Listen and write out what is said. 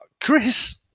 chris